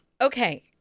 Okay